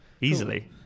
easily